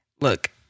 Look